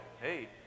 Hey